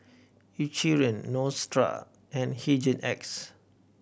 Eucerin Neostrata and Hygin X